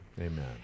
Amen